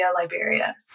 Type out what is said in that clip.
Liberia